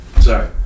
Sorry